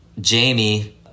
Jamie